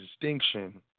distinction